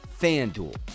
FanDuel